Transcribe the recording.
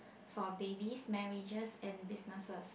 for babies marriages and businesses